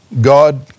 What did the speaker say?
God